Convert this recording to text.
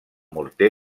morter